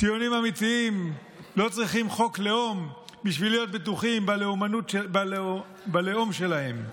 ציונים אמיתיים לא צריכים חוק לאום בשביל להיות בטוחים בלאום שלהם.